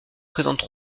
présentent